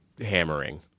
hammering